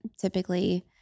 typically